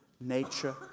nature